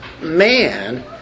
man